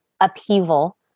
upheaval